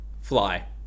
Fly